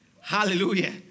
Hallelujah